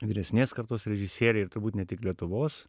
vyresnės kartos režisieriai ir turbūt ne tik lietuvos